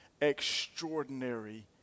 extraordinary